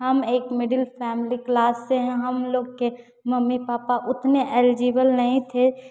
हम एक middle family class से हैं हमलोग के मम्मी पापा उतने एलजिबिल नहीं थे